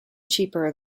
cheaper